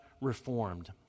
reformed